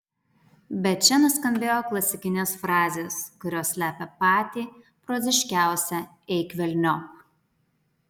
bet čia nuskambėjo klasikinės frazės kurios slepia patį proziškiausią eik velniop